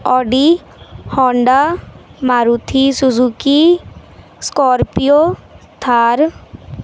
Audi Honda Maruti Suzuki Scorpio Thar